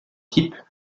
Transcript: type